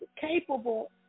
capable